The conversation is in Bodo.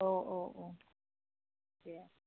औ औ औ दे